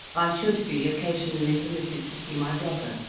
i should be occasionally permitted to see my brother,